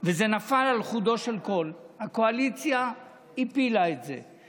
וזה נפל על חודו של קול, הקואליציה הפילה את זה.